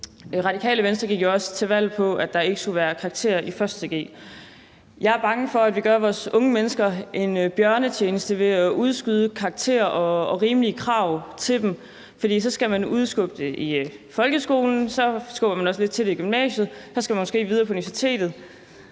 Radikale Venstre gik jo også til valg på, at der ikke skulle være karakterer i 1.g. Jeg er bange for, at vi gør vores unge mennesker en bjørnetjeneste ved at udskyde karakterer og rimelige krav til dem, for først skal man skubbe det i folkeskolen, og så skubber man også lidt til det i gymnasiet, og så skal man måske videre på universitetet,